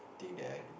thing that I do